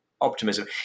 optimism